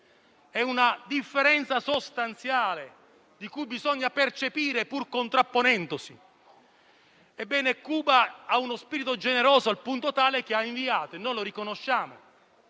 È una differenza sostanziale che bisogna percepire, pur contrapponendosi. Cuba ha uno spirito generoso al punto tale che ha inviato - e noi lo riconosciamo